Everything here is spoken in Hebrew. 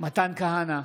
מתן כהנא,